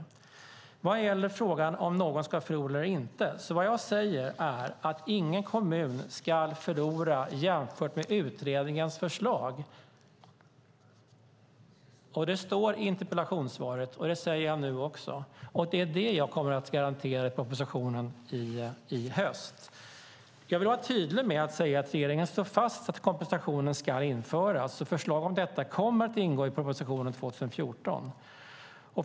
När det gäller frågan om någon ska förlora eller inte säger jag att ingen kommun ska förlora jämfört med utredningens förslag. Det står i interpellationssvaret, och det säger jag nu också. Det är det jag kommer att garantera i propositionen i höst. Jag vill vara tydlig och säga att regeringen slår fast att kompensationen ska införas. Förslag om detta kommer att ingå i propositionen 2014.